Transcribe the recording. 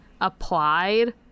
applied